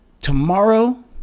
tomorrow